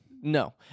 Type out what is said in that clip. No